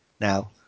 Now